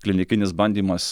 klinikinis bandymas